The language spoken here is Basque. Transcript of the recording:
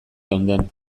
geunden